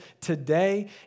today